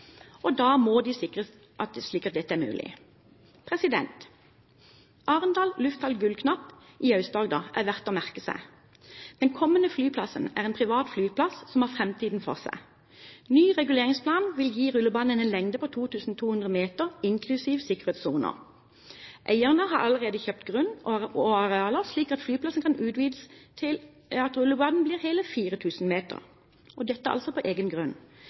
og da må de sikres slik at dette er mulig. Arendal lufthavn Gullknapp i Aust-Agder er verdt å merke seg. Den kommende flyplassen er en privat flyplass som har framtiden for seg. Ny reguleringsplan vil gi rullebanen en lengde på 2 200 meter, inklusiv sikkerhetssoner. Eierne har allerede kjøpt grunn og arealer, slik at flyplassen kan utvides til at rullebanen blir hele 4 000 meter, og dette altså på egen grunn.